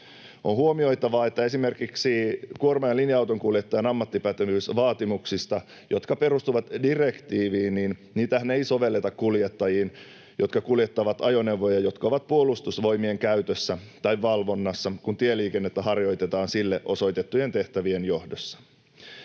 On huomioitava, että esimerkiksi kuorma- ja linja-autonkuljettajan ammattipätevyysvaatimuksiahan, jotka perustuvat direktiiviin, ei sovelleta kuljettajiin, jotka kuljettavat ajoneuvoja, jotka ovat Puolustusvoimien käytössä tai valvonnassa, kun tieliikennettä harjoitetaan sille osoitettujen tehtävien johdosta.